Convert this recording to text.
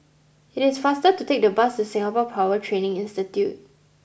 it is faster to take the bus to Singapore Power Training Institute